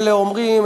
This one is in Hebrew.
אלה אומרים,